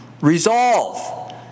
Resolve